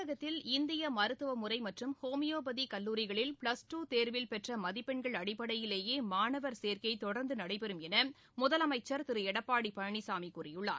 தமிழகத்தில் இந்திய மருத்துவமுறை மற்றும் ஹோமியோபதி கல்லூரிகளில் பிளஸ்டூ தேர்வில் பெற்ற மதிப்பெண்கள் அடிப்படையிலேயே மாணவர் சேர்க்கை தொடர்ந்து நடைபெறும் என முதலமைச்சர் திரு எடப்பாடி பழனிசாமி கூறியுள்ளார்